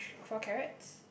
thr~ four carrots